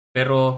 Pero